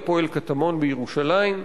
"הפועל קטמון" בירושלים.